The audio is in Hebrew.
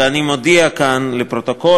ואני מודיע כאן לפרוטוקול,